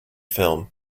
film